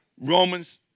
Romans